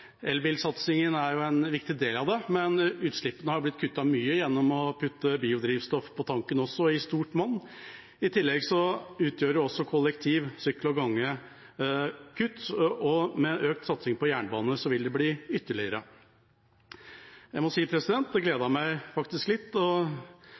er en viktig del av det, men utslippene har blitt kuttet mye gjennom å putte biodrivstoff på tanken også, i stort monn. I tillegg utgjør kollektiv, sykkel og gange kutt, og med økt satsing på jernbane vil det bli ytterligere kutt. Jeg må si at det